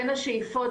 בין השאיפות,